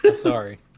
Sorry